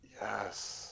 yes